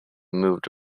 moved